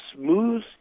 smooth